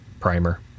primer